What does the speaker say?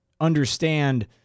understand